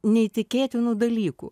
neįtikėtinų dalykų